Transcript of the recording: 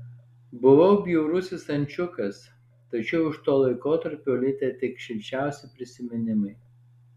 buvau bjaurusis ančiukas tačiau iš to laikotarpio likę tik šilčiausi prisiminimai